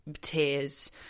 tears